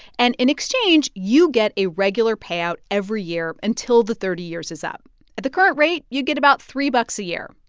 and in exchange, you get a regular payout every year until the thirty years is up at the current rate, you get about three bucks a year.